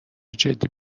جدی